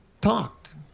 talked